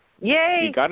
Yay